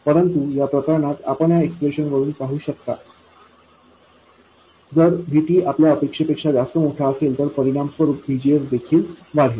परंतु या प्रकरणात आपण या एक्सप्रेशन वरून पाहू शकता जर Vt आपल्या अपेक्षेपेक्षा जास्त मोठा असेल तर परिणामस्वरूप VGS देखील वाढेल